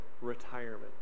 retirement